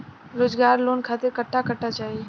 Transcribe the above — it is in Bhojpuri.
रोजगार लोन खातिर कट्ठा कट्ठा चाहीं?